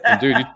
dude